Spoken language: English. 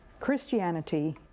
Christianity